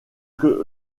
que